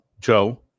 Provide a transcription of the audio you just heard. Joe